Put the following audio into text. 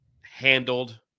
handled